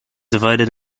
divided